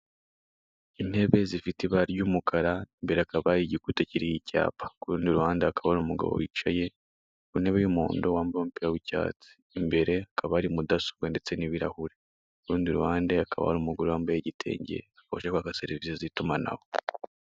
Intebe zifite ibara ry'umukara, imbere hakaba hari igikuta kiriho icyapa, ku rundi ruhande hakaba hari umugabo wicaye ku ntebe y'umuhondo wambaye umupira w'icyatsi, imbere hakaba hari mudasobwa ndetse n'ibirahuri, ku rundi ruhande hakaba hari umugore wambaye igitenge, akaba aje kwaka serivisi z'itumanaho.